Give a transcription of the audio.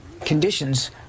conditions